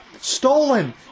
Stolen